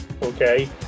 Okay